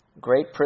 Great